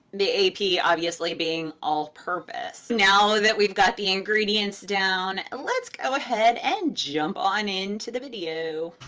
the a p. obviously being all-purpose. now that we've got the ingredients down, let's go ahead and jump on in to the video.